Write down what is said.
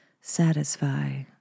satisfy